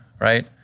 right